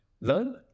learn